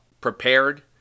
prepared